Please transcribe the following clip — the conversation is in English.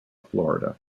florida